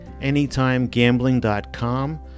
anytimegambling.com